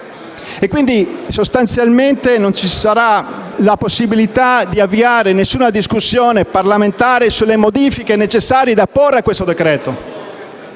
fiducia e, sostanzialmente, non ci sarà la possibilità di avviare alcuna discussione parlamentare sulle modifiche necessarie a tale decreto-legge.